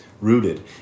Rooted